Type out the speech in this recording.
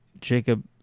Jacob